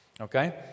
Okay